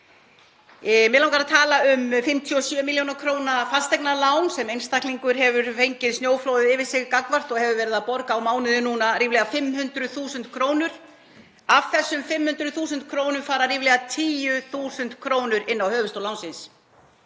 Mig langar að tala um 57 millj. kr. að fasteignalán þar sem einstaklingur hefur fengið snjóflóðið yfir sig og hefur verið að borga á mánuði núna ríflega 500.000 kr. Af þessum 500.000 kr. fara ríflega 10.000 kr. inn á höfuðstól lánsins.